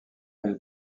elle